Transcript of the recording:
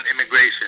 immigration